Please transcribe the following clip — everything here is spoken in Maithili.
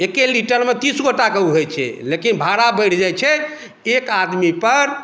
एक्के लीटरमे तीस गोटाके उघै छै लेकिन भाड़ा बढ़ि जाइ छै एक आदमी पर